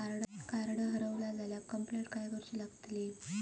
Card हरवला झाल्या complaint खय करूची लागतली?